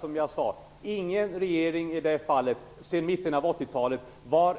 Som jag sade är ingen regering sedan mitten av 80-talet